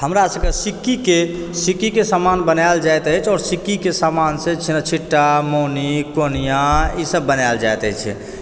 हमरा सबके सिक्की के सिक्की के समान बनायल जाइत अछि आओर सिक्कीके समान छै जेना छिट्टा मौनी कोनिया ईसब बनायल जाइत अछि